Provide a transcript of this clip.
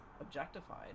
objectified